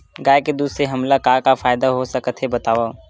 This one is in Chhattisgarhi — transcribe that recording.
गाय के दूध से हमला का का फ़ायदा हो सकत हे बतावव?